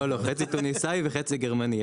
לא, לא, חצי תוניסאי, חצי גרמני.